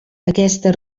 aquesta